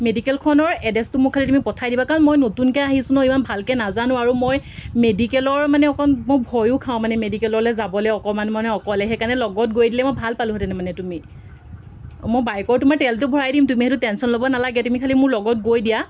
মেডিকেলখনৰ এড্ৰেছটো মোক খালী তুমি পঠাই দিবা কাৰণ মই নতুনকৈ আহিছোঁ ন ইমান ভালকৈ নাজানো আৰু মই মেডিকেলৰ মানে অকণ মই ভয়ো খাওঁ মানে মেডিকেললৈ যাবলেৈ অকণমান মানে অকলে সেইকাৰণে লগত গৈ দিলে মই ভাল পালোহেঁতেনে মানে তুমি মই বাইকৰ তোমাৰ তেলটো ভৰাই দিম তুমি সেইটো টেনশ্যন ল'ব নালাগে তুমি খালি মোৰ লগত গৈ দিয়া